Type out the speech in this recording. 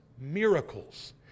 miracles